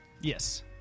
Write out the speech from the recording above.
Yes